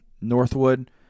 Northwood